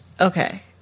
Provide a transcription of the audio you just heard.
okay